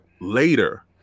later